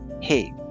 hey